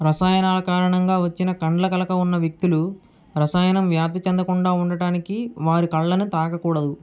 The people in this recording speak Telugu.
రసాయనాల కారణంగా వచ్చిన కండ్లకలక ఉన్న వ్యక్తులు రసాయనం వ్యాప్తి చెందకుండా ఉండటానికి వారి కళ్ళను తాకకూడదు